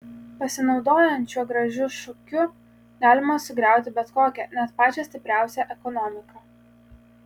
pasinaudojant šiuo gražiu šūkiu galima sugriauti bet kokią net pačią stipriausią ekonomiką